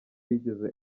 yigeze